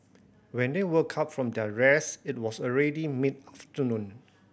when they woke up from their rest it was already mid afternoon